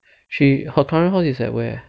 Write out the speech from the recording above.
she her current house is at where